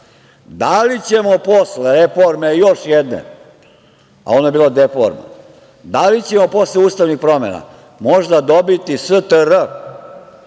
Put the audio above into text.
da li ćemo posle reforme, još jedne, a ono je bila deforma, da li ćemo posle ustavnih promena možda dobiti STR?